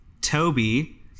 Toby